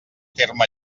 terme